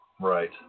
Right